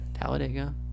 Talladega